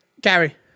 Gary